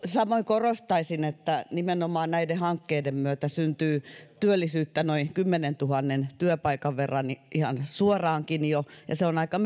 samoin korostaisin että nimenomaan näiden hankkeiden myötä syntyy työllisyyttä noin kymmenentuhannen työpaikan verran ihan suoraankin jo ja on aika